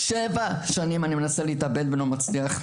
שבע שנים אני מנסה להתאבד ולא מצליח.